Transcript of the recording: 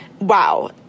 Wow